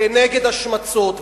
נגד ההשמצות,